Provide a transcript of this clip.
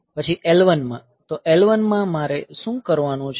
પછી L1 માં તો L1 માં મારે શું કરવાનું છે